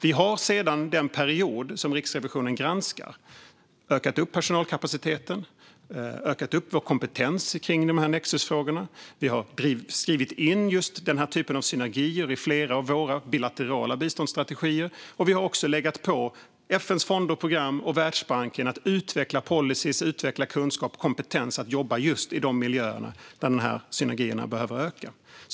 Vi har sedan den period som Riksrevisionen granskade ökat personalkapaciteten och ökat vår kompetens kring nexusfrågorna. Vi har skrivit in just den typen av synergier i flera av våra bilaterala biståndsstrategier. Vi har också legat på FN:s fonder och program och Världsbanken att utveckla policyer, kunskap och kompetens i fråga om att jobba i just de miljöer där de synergierna behöver öka.